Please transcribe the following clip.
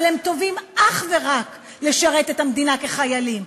אבל הם טובים אך ורק לשרת את המדינה כחיילים,